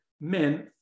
men